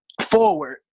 forward